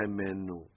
menu